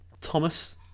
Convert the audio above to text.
Thomas